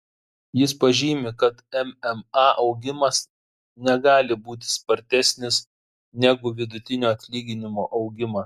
jis pažymi kad mma augimas negali būti spartesnis negu vidutinio atlyginimo augimas